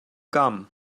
gum